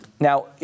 Now